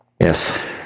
Yes